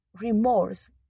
remorse